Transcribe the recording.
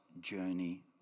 journey